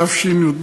התשי"ב